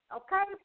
okay